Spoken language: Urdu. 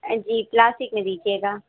جی پلاسٹک میں دیجیے گا